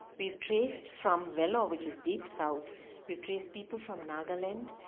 we've traced from vellore which is deep south we've traced people from nagaland,